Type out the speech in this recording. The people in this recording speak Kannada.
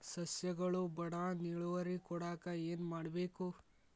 ಸಸ್ಯಗಳು ಬಡಾನ್ ಇಳುವರಿ ಕೊಡಾಕ್ ಏನು ಮಾಡ್ಬೇಕ್?